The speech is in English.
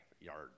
yard